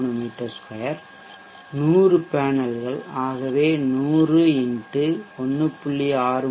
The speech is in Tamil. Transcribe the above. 63 மீ 2 100 பேனல்கள் ஆகவே100 X 1